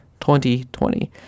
2020